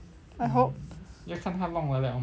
I hope